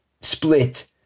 split